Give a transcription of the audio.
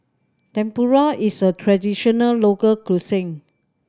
tempura is a traditional local cuisine